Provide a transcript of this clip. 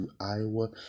Iowa